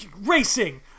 racing